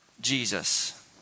Jesus